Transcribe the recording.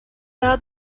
daha